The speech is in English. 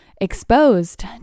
exposed